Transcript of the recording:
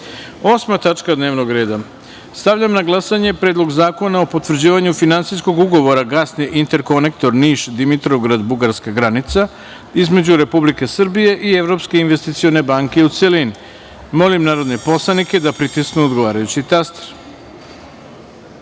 tačka dnevnog reda - Stavljam na glasanje Predlog zakona o potvrđivanju Finansijskog ugovora Gasni interkonektor Niš - Dimitrovgrad - Bugarska (granica) između Republike Srbije i Evropske investicione banke, u celini. Molim narodne poslanike da pritisnu odgovarajući